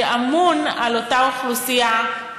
שאמון על אותה אוכלוסייה,